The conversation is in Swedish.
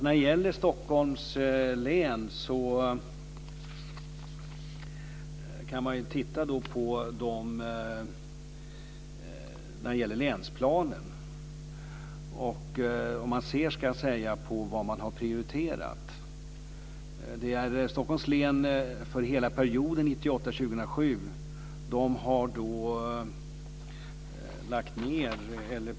När det gäller Stockholms län kan man titta på länsplanen. Då kan man se på vad som har prioriterats. Det gäller Stockholms län för hela perioden 1998-2007.